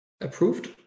approved